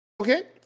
Okay